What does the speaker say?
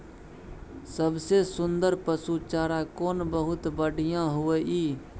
सबसे सुन्दर पसु चारा कोन बहुत बढियां होय इ?